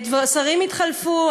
שרים יתחלפו,